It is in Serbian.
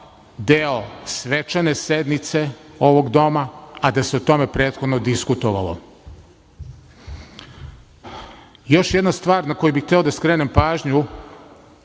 deo svečane sednice ovog doma, a da se prethodno diskutovalo. Još jedna stvar na koju bih hteo da skrenem pažnju,